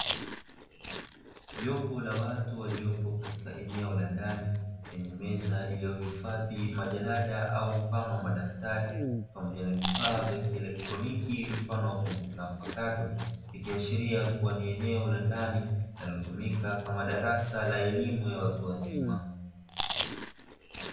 Jopo la watu waliopo katika eneo la ndani lenye meza iliyohifadhi majalada au mfano wa madaftari pamoja na vifaa vya kielektroniki, mfano wa kompyuta mpakato ikiashiria kuwa ni eneo la ndani linalotumika kama darasani la elimu ya watu wazima.